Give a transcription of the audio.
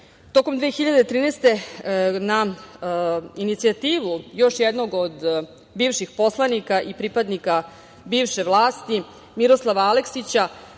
tokom 2013. godine na inicijativu još jednog od bivših poslanika i pripadnika bivše vlasti Miroslava Aleksića,